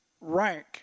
rank